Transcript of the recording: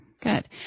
good